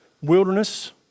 wilderness